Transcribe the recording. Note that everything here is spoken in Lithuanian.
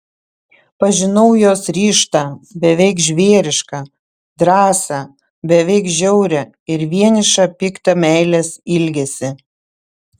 pažinau jos ryžtą beveik žvėrišką drąsą beveik žiaurią ir vienišą piktą meilės ilgesį